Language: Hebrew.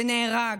ונהרג,